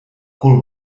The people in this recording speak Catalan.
cul